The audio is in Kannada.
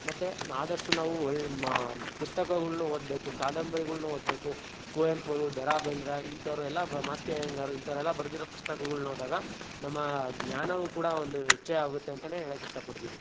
ಮತ್ತೆ ಆದಷ್ಟು ನಾವು ಒಳ್ಳೆ ಪುಸ್ತಕಗಳನ್ನು ಓದಬೇಕು ಕಾದಂಬರಿಗಳನ್ನು ಓದಬೇಕು ಕುವೆಂಪು ಅವರು ದ ರಾ ಬೇಂದ್ರೆ ಇಂಥೋರೆಲ್ಲ ಬ ಮಾಸ್ತಿ ಅಯ್ಯಂಗಾರ್ ಇಂಥೋರೆಲ್ಲ ಬರೆದಿರೋ ಪುಸ್ತಕಗಳ್ನ ಓದಿದಾಗ ನಮ್ಮ ಜ್ಞಾನವೂ ಕೂಡ ಒಂದು ಹೆಚ್ಚೇ ಆಗುತ್ತೆ ಅಂತೆಯೇ ಹೇಳೋಕ್ಕೆ ಇಷ್ಟಪಡ್ತೀನಿ